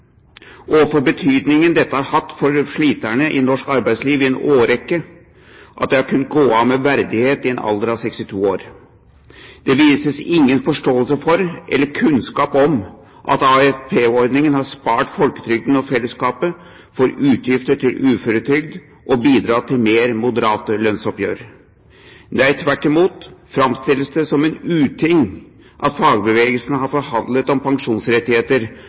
betydningen dette har hatt for at sliterne i norsk arbeidsliv i en årrekke har kunnet gå av med verdighet i en alder av 62 år. Det vises ingen forståelse for, eller kunnskap om, at AFP-ordningen har spart folketrygden og fellesskapet for utgifter til uføretrygd og bidratt til mer moderate lønnsoppgjør. Nei, tvert imot framstilles det som en uting at fagbevegelsen har forhandlet om pensjonsrettigheter